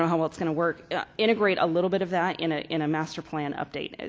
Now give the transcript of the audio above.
um well it's going to work integrate a little bit of that in ah in a master plan update.